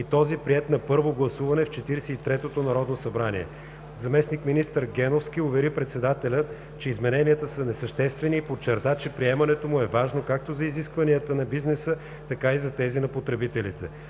и този, приет на първо гласуване в Четиридесет и третото народно събрание. Заместник-министър Геновски увери председателя на КЕВКЕФ, че измененията са несъществени, и подчерта, че приемането му е важно както за изискванията на бизнеса, така и за тези на потребителите.